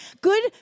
good